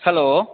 hello